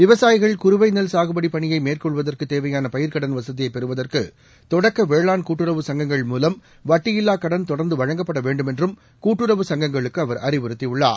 விவசாயிகள் குறுவை நெல் சாகுபடி பணியை மேற்கொள்வதற்கு தேவையான பயிர்க்கடன் வசதியை பெறுவதற்கு தொடக்க வேளாண் கூட்டுறவு சங்கங்கள் மூலம் வட்டியில்லா கடன் தொடர்ந்து வழங்கப்பட வேண்டும் என்றும் கூட்டுறவு சங்கங்களுக்கு அவர் அறிவுறுத்தியுள்ளார்